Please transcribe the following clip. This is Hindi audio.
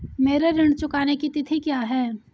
मेरे ऋण चुकाने की तिथि क्या है?